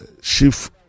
Chief